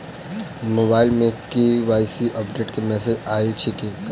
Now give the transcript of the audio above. Mobile मे KYC update केँ message आइल अछि की करू?